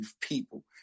people